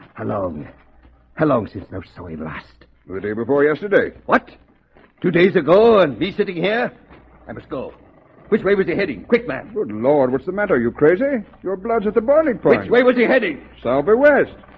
hello um hello, this is no so he lost the day before yesterday what two days ago and be sitting here i'm a skull which wavers you're heading quick man. good lord. what's the matter? you crazy your bloods at the boiling points? wait, was he heading sober where's?